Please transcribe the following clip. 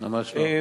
ממש לא.